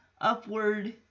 upward